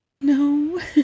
No